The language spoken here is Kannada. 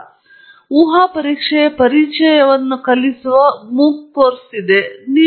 ನಾವು ಊಹಾ ಪರೀಕ್ಷೆಯ ಪರಿಚಯವನ್ನು ಕಲಿಯುವ MOOC ಕೋರ್ಸ್ ಇದೆ ಇದು ಬಹುಶಃ ಮಾರ್ಚ್ ಎರಡನೇ ಅಥವಾ ಮೂರನೇ ವಾರದಲ್ಲಿ ಪ್ರಾರಂಭವಾಗುತ್ತದೆ